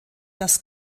das